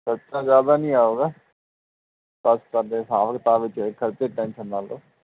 ਖਰਚਾ ਜ਼ਿਆਦਾ ਨਹੀਂ ਆ ਉਹਦਾ ਸਸਤਾ ਅਤੇ ਹਿਸਾਬ ਕਿਤਾਬ 'ਚ ਖਰਚੇ ਦੀ ਟੈਂਸ਼ਨ ਨਾ ਲਓ